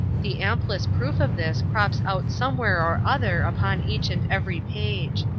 the amplest proof of this crops out somewhere or other upon each and every page.